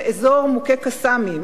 באזור מוכה "קסאמים",